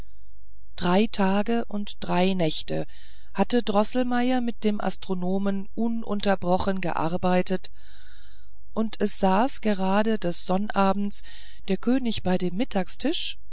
drei tage und drei nächte hatte droßelmeier mit dem astronomen ununterbrochen gearbeitet und es saß gerade des sonnabends der könig bei dem mittagstisch